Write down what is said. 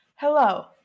Hello